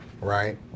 Right